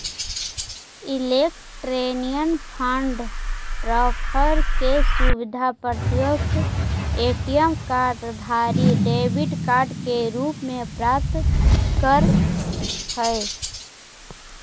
electronic fund transfer के सुविधा प्रत्येक ए.टी.एम कार्ड धारी डेबिट कार्ड के रूप में प्राप्त करऽ हइ